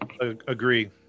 agree